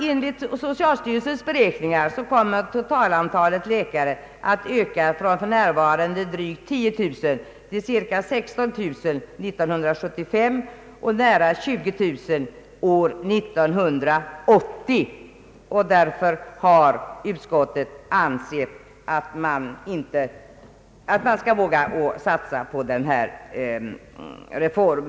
Enligt socialstyrelsens beräkningar kommer totalantalet läkare att öka från för närvarande drygt 10 000 till cirka 16 000 år 1975 och nära 20 000 år 1980. Därför har utskottet ansett att man skall våga satsa på denna reform.